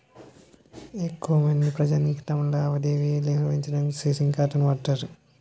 ఎక్కువమంది ప్రజానీకం తమ లావాదేవీ నిర్వహించడానికి సేవింగ్ ఖాతాను వాడుతారు